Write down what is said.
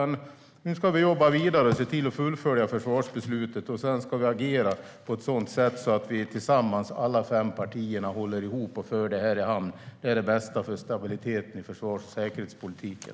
Nu ska vi jobba vidare och se till att fullfölja försvarsbeslutet. Sedan ska vi agera på ett sådant sätt att vi tillsammans, alla fem partier, håller ihop och för detta i hamn. Det är det bästa för stabiliteten i försvars och säkerhetspolitiken.